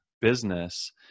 business